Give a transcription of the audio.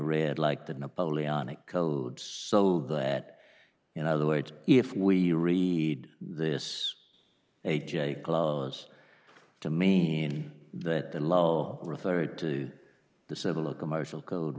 read like the napoleonic code so that in other words if we re this a j clause to me that the law referred to the civil or commercial code